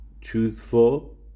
truthful